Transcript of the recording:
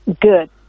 good